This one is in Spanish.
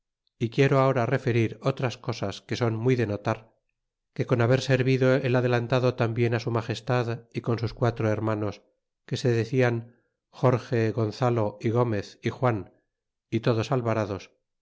y quiero ahora referir otras cosas que son muy de notar que con haber servido el adelantado tau bien su magestad y con sus quatro hermanos que se decian jorge gonzalo y gomez y juan y todos alvarados